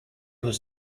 was